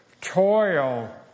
Toil